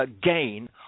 gain